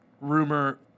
rumor